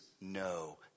no